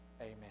Amen